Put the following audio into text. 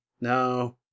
No